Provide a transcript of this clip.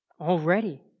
already